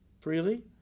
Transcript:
freely